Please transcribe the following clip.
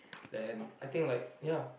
then I think like yeah